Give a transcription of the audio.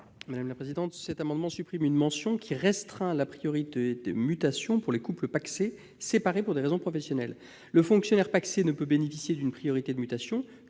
Jérôme Durain. Cet amendement tend à supprimer une mention qui restreint la priorité de mutation pour les couples pacsés séparés pour des raisons professionnelles. En effet, le fonctionnaire pacsé ne peut bénéficier d'une priorité de mutation